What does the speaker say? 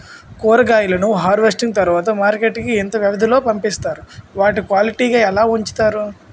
కూరగాయలను హార్వెస్టింగ్ తర్వాత మార్కెట్ కి ఇంత వ్యవది లొ పంపిస్తారు? వాటిని క్వాలిటీ గా ఎలా వుంచుతారు?